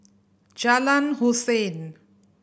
Jalan Hussein